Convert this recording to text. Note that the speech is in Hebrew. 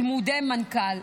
צמודי מנכ"ל.